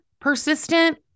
persistent